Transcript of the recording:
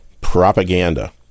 propaganda